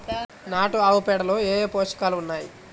నాటు ఆవుపేడలో ఏ ఏ పోషకాలు ఉన్నాయి?